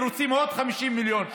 ורוצים עוד 50 מיליון שקל.